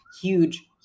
huge